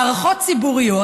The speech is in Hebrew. מערכות ציבוריות